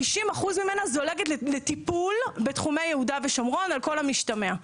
50% ממנה זולגת לטיפול בתחומי יהודה ושומרון על כל המשתמע,